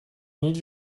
need